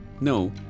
No